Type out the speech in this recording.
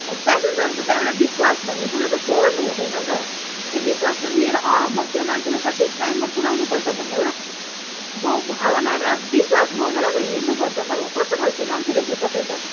पेसेन्जरको त एउटा विश्वास भन्ने कुरो त तोड्नु हुँदैन त त्यो विश्वास त लिएर अँ म त्यो मान्छेलाई सठिक टाइममा पुऱ्याउनुपर्छ भन्ने एउटा भावना र विश्वास बोकेर पो हिँड्नुपर्छ त हौ कस्तो खालको मान्छे रहेछ तपाईँ त